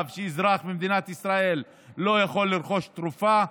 שאזרח במדינת ישראל לא יכול לרכוש תרופה.